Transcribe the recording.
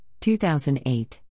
2008